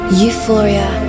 euphoria